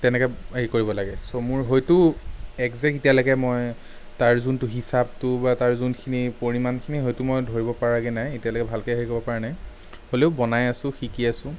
তেনেকে হেৰি কৰিব লাগে চ' মোৰ সেইটো একজেক্ট এতিয়ালৈকে মই তাৰ যোনটো হিচাপটো বা তাৰ যোনখিনি পৰিমাণখিনি হয়তো মই ধৰিব পৰাগে নাই এতিয়ালৈকে ভালকে হেৰি কৰিব পৰা নাই হ'লেও বনাই আছোঁ শিকি আছোঁ